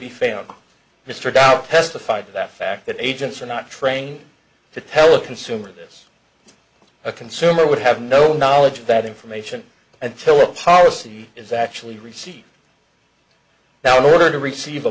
be found mr dop testified to that fact that agents are not trained to tell a consumer this a consumer would have no knowledge that information until a policy is actually received now in order to receive a